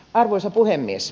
arvoisa puhemies